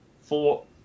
four